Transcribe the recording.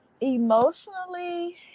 emotionally